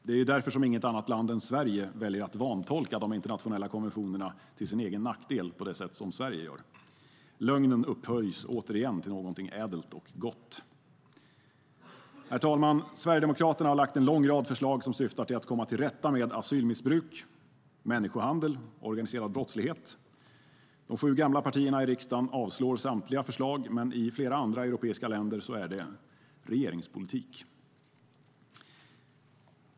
Det är därför som inget annat land än Sverige väljer att vantolka de internationella konventionerna till sin egen nackdel på det sätt som Sverige gör. Lögnen upphöjs återigen till någonting ädelt och gott. Herr talman! Sverigedemokraterna har lagt fram en lång rad förslag som syftar till att komma tillrätta med asylmissbruk, människohandel och organiserad brottslighet. De sju gamla partierna i riksdagen avstyrker samtliga förslag. Men i flera andra europeiska länder är det regeringspolitik.